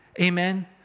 amen